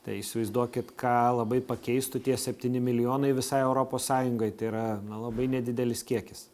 tai įsivaizduokit ką labai pakeistų tie septyni milijonai visai europos sąjungai tai yra na labai nedidelis kiekis